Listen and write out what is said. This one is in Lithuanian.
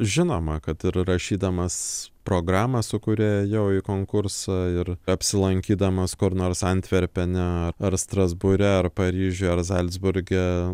žinoma kad ir rašydamas programą su kuria ėjau konkursą ir apsilankydamas kur nors antverpene ar strasbūre ar paryžiuje ar zalcburge